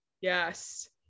yes